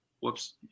Whoops